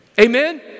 Amen